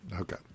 Okay